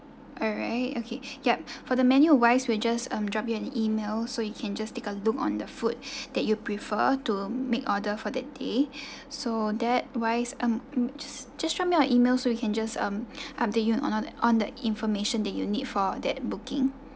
alright okay yup for the menu wise we'll just um drop you an email so you can just take a look on the food that you prefer to make order for that day so that wise um just just drop me your email so we can just um update you on another on the information that you need for that booking